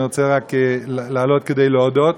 אני רוצה רק לעלות כדי להודות,